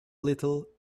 little